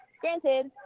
Granted